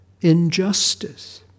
injustice